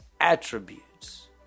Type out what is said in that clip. attributes